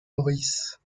maurice